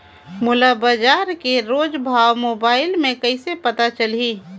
मोला बजार के रोज भाव मोबाइल मे कइसे पता चलही?